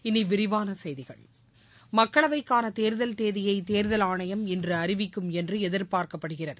இனி விரிவான செய்திகள் மக்களவைக்கான தேர்தல் தேதியை தேர்தல் ஆணையம் இன்று அறிவிக்கும் என்று எதிர்பார்க்கப்டுகிறது